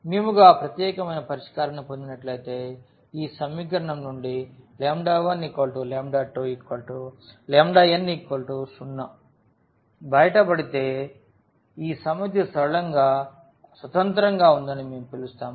మేముగా ప్రత్యేకమైన పరిష్కారాన్ని పొందినట్లయితే ఈ సమీకరణం నుండి 12 n0 బయటపడితే ఈ సమితి సరళంగా స్వతంత్రంగా ఉందని మేము పిలుస్తాము